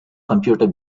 computer